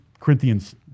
Corinthians